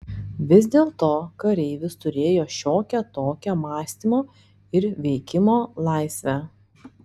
vis dėlto kareivis turėjo šiokią tokią mąstymo ir veikimo laisvę